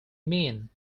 mean